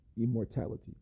immortality